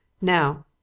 Now